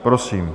Prosím.